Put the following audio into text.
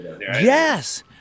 Yes